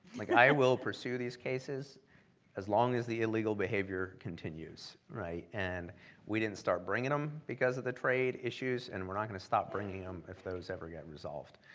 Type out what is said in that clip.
like i will pursue these cases as long as the illegal behavior continues, right? and we didn't start bringing them because of the trade issues, and we're not gonna stop bringing them if those ever get resolved.